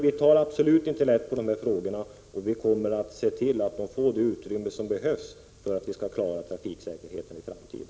Vi tar absolut inte lätt på dessa frågor, och vi kommer att se till att de får det utrymme som behövs för att vi skall kunna klara trafiksäkerheten i framtiden.